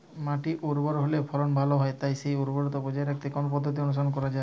মাটি উর্বর হলে ফলন ভালো হয় তাই সেই উর্বরতা বজায় রাখতে কোন পদ্ধতি অনুসরণ করা যায়?